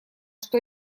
что